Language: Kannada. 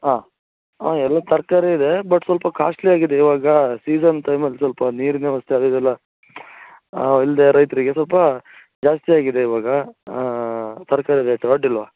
ಹಾಂ ಹಾಂ ಎಲ್ಲ ತರಕಾರಿ ಇದೆ ಬಟ್ ಸ್ವಲ್ಪ ಕಾಸ್ಟ್ಲಿ ಆಗಿದೆ ಇವಾಗ ಸೀಸನ್ ಟೈಮಲ್ಲಿ ಸ್ವಲ್ಪ ನೀರಿನ ವ್ಯವಸ್ಥೆ ಅದಿದೆಲ್ಲ ಇಲ್ಲದೆ ರೈತರಿಗೆ ಸ್ವಲ್ಪ ಜಾಸ್ತಿ ಆಗಿದೆ ಇವಾಗ ತರಕಾರಿ ರೇಟು ಅಡ್ಡಿಲ್ಲವಾ